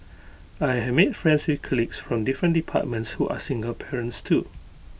I have made friends with colleagues from different departments who are single parents too